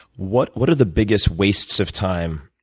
what what are the biggest wastes of time,